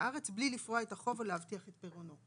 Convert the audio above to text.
הארץ מבלי לפרוע את החוב ולהבטיח את פרעונו.